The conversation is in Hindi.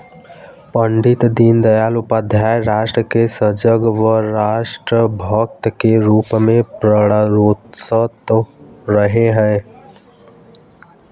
पण्डित दीनदयाल उपाध्याय राष्ट्र के सजग व राष्ट्र भक्त के रूप में प्रेरणास्त्रोत रहे हैं